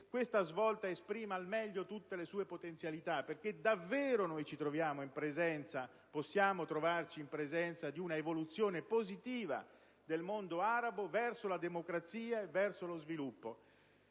questa svolta esprima al meglio tutte le sue potenzialità, perché davvero possiamo trovarci in presenza di un'evoluzione positiva del mondo arabo verso la democrazia e lo sviluppo.